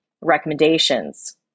recommendations